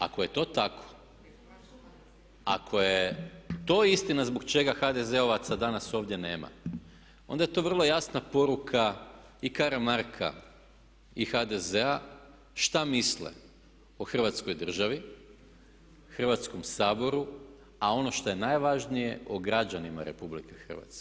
Ako je to tako, ako je to istina zbog čega HDZ-ovaca ovdje nema onda je to vrlo jasna poruka i Karamarka i HDZ-a šta misle o Hrvatskoj državi, Hrvatskom saboru a ono što je najvažnije o građanima RH.